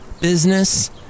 business